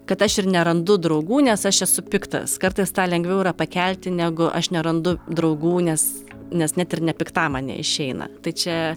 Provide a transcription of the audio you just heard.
kad aš ir nerandu draugų nes aš esu piktas kartais tą lengviau yra pakelti negu aš nerandu draugų nes nes net ir nepiktam man neišeina tai čia